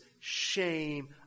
shame